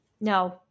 No